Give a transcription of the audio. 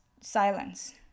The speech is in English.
silence